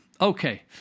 okay